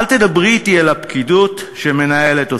אל תדברי אתי על הפקידות שמנהלת אותי.